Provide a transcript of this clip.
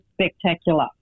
spectacular